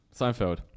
Seinfeld